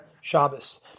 Shabbos